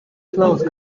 close